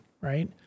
Right